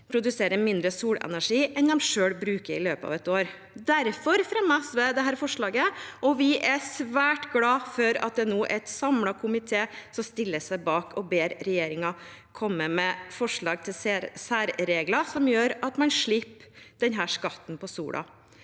produserer mindre solenergi enn de selv bruker i løpet av et år. Derfor fremmer SV dette forslaget, og vi er svært glade for at det nå er en samlet komité som stiller seg bak å be regjeringen komme med forslag til særregler som gjør at man slipper denne skatten på sola.